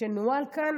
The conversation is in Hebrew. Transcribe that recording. שנוהל כאן,